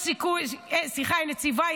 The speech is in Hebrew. סליחה, היא נציבה.